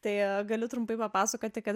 tai galiu trumpai papasakoti kad